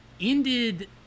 ended